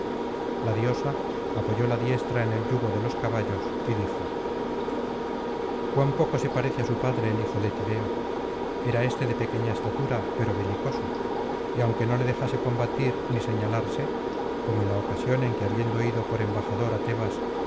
la diosa apoyó la diestra en el yugo de los caballos y dijo cuán poco se parece á su padre el hijo de tideo era éste de pequeña estatura pero belicoso y aunque no le dejase combatir ni señalarse como en la ocasión en que habiendo ido por embajador á tebas se